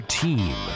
team